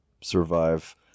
survive